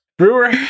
Brewer